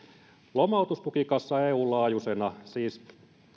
lomautustukikassa eun laajuisena siis